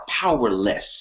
powerless